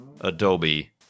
Adobe